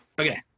Okay